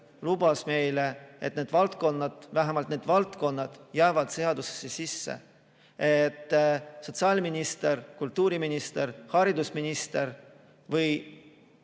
lubas meile, et need valdkonnad, vähemalt need valdkonnad jäävad seadusesse sisse, et sotsiaalminister, kultuuriminister, haridusminister ja